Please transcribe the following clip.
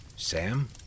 Sam